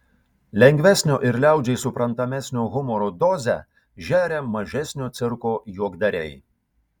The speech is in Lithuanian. lengvesnio ir liaudžiai suprantamesnio humoro dozę žeria mažesnio cirko juokdariai